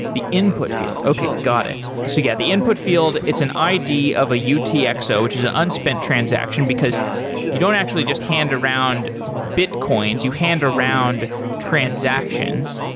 the input field. okay, got it. so yeah, the input field, it's an id of the utxo, which is an unspent transaction, because you don't actually just hand around bitcoins. you hand around transactions.